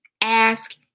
ask